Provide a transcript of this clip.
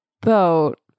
boat